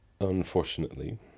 Unfortunately